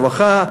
שר הרווחה,